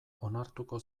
onartuko